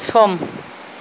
सम